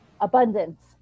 abundance